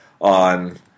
on